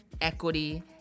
equity